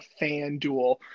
FanDuel